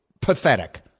pathetic